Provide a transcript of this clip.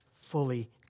fully